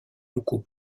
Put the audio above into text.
locaux